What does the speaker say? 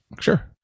Sure